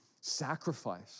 sacrifice